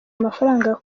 amafaranga